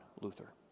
Luther